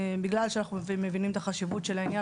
בגלל שאנחנו מבינים את החשיבות של העניין